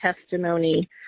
testimony